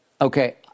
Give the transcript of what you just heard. Okay